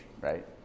right